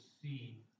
see